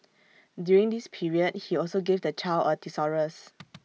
during this period he also gave the child A thesaurus